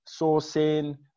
sourcing